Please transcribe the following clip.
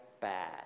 bad